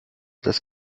das